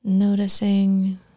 Noticing